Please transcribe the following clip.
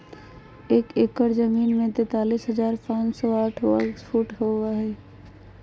एक एकड़ जमीन में तैंतालीस हजार पांच सौ साठ वर्ग फुट होबो हइ